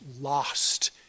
lost